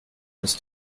ist